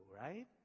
right